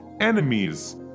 enemies